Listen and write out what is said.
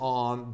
on